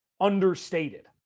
understated